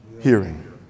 Hearing